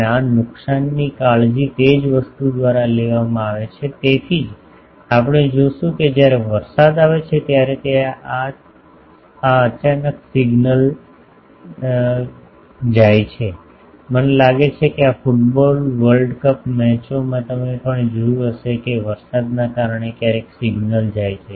અને આ નુકસાનની કાળજી તે જ વસ્તુ દ્વારા લેવામાં આવે છે તેથી જ આપણે જોશું કે જ્યારે વરસાદ આવે છે ત્યારે ત્યાં અચાનક સિગનલ જાય છે મને લાગે છે કે આ ફૂટબોલ વર્લ્ડ કપ મેચોમાં તમે પણ જોયું હશે કે વરસાદના કારણે ક્યારેક સિગ્નલ જાય છે